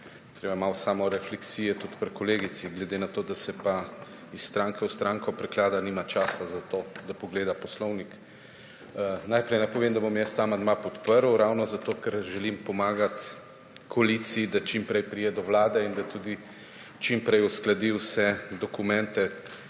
treba je malo samorefleksije tudi pri kolegici. Glede na to, da se pa iz stranke v stranko preklada, nima časa za to, da pogleda poslovnik. Najprej naj povem, da bom jaz ta amandma podprl ravno zato, ker želim pomagati koaliciji, da čim prej pride do vlade in da tudi čim prej uskladi vse dokumente,